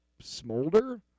smolder